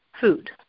food